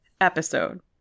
episode